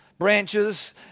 branches